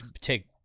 Take